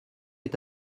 est